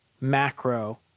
macro